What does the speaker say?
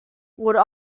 would